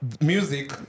music